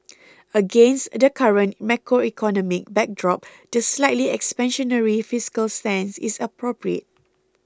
against the current macroeconomic backdrop the slightly expansionary fiscal stance is appropriate